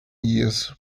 years